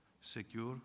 secure